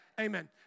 Amen